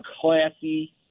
classy